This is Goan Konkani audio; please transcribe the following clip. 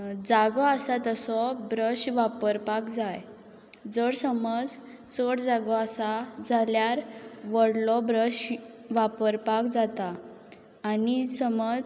जागो आसा तसो ब्रश वापरपाक जाय जर समज चड जागो आसा जाल्यार व्हडलो ब्रश वापरपाक जाता आनी समज